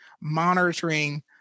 monitoring